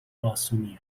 اسونیه